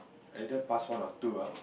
either past one or two ah